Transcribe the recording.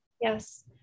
Yes